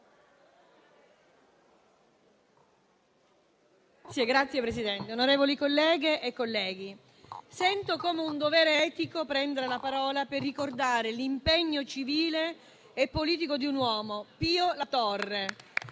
Signor Presidente, onorevoli colleghe e colleghi, sento come un dovere etico prendere la parola per ricordare l'impegno civile e politico di un uomo Pio La Torre,